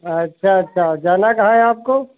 अच्छा अच्छा और जाना कहाँ है आपको